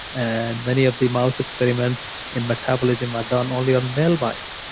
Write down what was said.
and many of the mouse experiments in metabolism are done only on male mice,